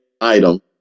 item